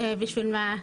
בשביל מה,